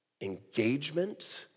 Engagement